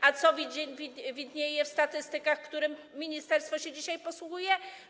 A co widnieje w statystykach, którymi ministerstwo się dzisiaj posługuje?